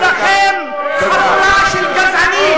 נא להוציא את חבר הכנסת זאב.